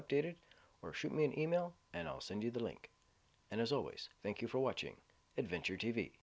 updated or shoot me an email and i'll send you the link and as always thank you for watching adventure t